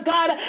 God